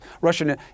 Russian